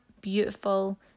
beautiful